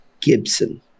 Gibson